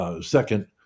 Second